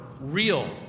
real